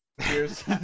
Cheers